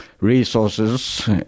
resources